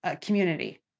community